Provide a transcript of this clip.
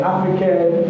African